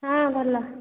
ହଁ ଭଲ